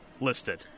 listed